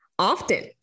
often